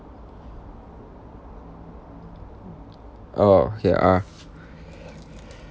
oh ya uh